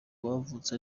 bavutse